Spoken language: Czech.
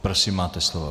Prosím, máte slovo.